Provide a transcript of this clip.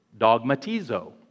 dogmatizo